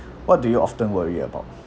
what do you often worry about